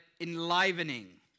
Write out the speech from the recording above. enlivening